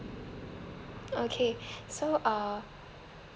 okay so uh